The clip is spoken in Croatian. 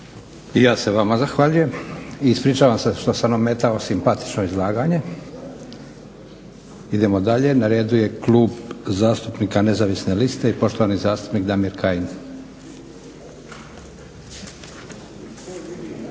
ja se vama zahvaljujem i ispričavam se što sam ometao simpatično izlaganje. Idemo dalje. Na redu je Klub zastupnika Nezavisne liste i poštovani zastupnik Damir Kajin.